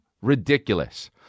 Ridiculous